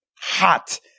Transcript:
Hot